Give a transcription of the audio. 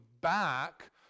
back